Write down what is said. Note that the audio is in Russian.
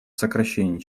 сокращении